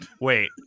wait